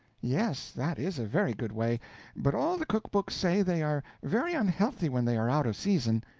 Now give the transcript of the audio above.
yes, that is a very good way but all the cook-books say they are very unhealthy when they are out of season.